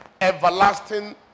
everlasting